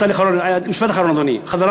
משפט אחרון: אדוני,